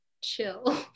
chill